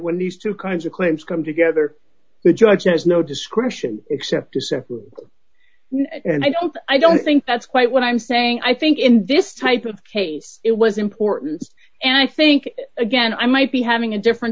when these two kinds of claims come together the judge has no discretion except to say and i don't i don't think that's quite what i'm saying i think in this type of case it was important and i think again i might be having a different